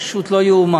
זה פשוט לא ייאמן.